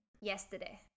yesterday